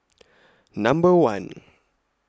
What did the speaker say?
Number one